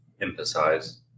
emphasize